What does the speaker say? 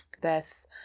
death